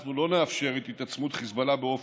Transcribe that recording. אנחנו לא נאפשר את התעצמות חיזבאללה באופן